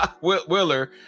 Willer